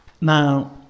Now